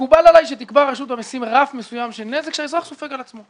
מקובל עלי שתקבע רשות המסים רף מסוים של נזק שאזרח סופג על עצמו.